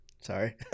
Sorry